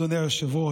אדוני היושב-ראש,